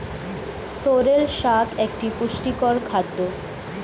sorrel শাক একটি পুষ্টিকর খাদ্য